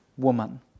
Woman